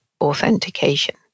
authentication